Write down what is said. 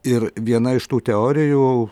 ir viena iš tų teorijų